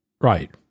Right